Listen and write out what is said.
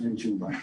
אין שום בעיה.